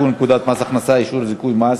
פקודת מס הכנסה (אישור זיכוי מס),